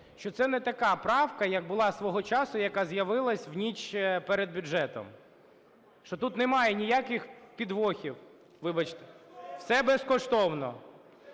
що це не така правка, як була свого часу, яка з'явилась в ніч перед бюджетом, що тут немає ніяких підвохів, вибачте. Все безкоштовно!